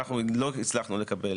אנחנו לא הצלחנו לקבל,